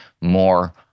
more